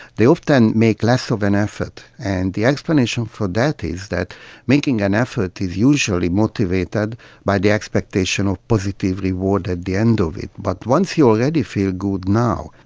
they often make less of an effort. and the explanation for that is that making an effort is usually motivated by the expectation of positive reward at the end of it. but once you already feel good now,